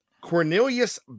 Cornelius